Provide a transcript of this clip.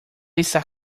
está